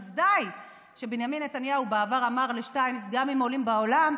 עובדה היא שבנימין נתניהו בעבר אמר לשטייניץ: גם אם עולים בעולם,